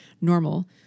normal